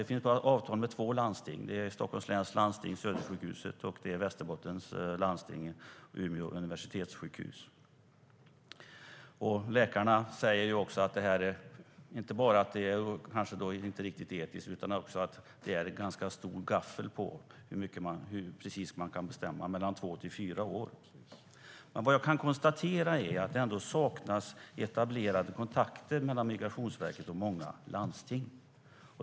Det finns bara avtal med två landsting: Stockholm läns landsting med Södersjukhuset och Västerbottens landsting med Norrlands universitetssjukhus i Umeå. Läkarna säger: Det är inte bara att det inte är helt etiskt, utan det är också ett ganska stort spann för hur precist man kan bestämma, mellan två och fyra år. Jag kan konstatera att det saknas etablerade kontakter mellan Migrationsverket och många landsting.